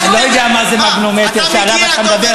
אני לא יודע מה זה המגנומטר שעליו אתה מדבר.